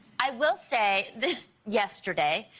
i will say, yesterday,